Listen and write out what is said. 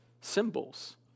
symbols